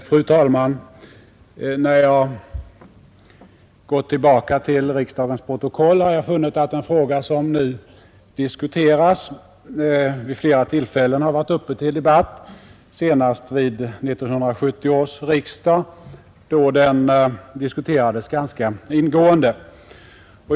Fru talman! När jag gått tillbaka till riksdagens protokoll har jag funnit att den fråga, som nu diskuteras, vid flera tillfällen varit uppe till debatt, senast vid 1970 års riksdag, då den diskuterades ganska ingående.